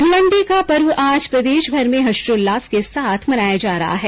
ध्लंडी का पर्व आज प्रदेशभर में हर्षोल्लास के साथ मनाया जा रहा है